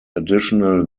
additional